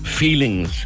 feelings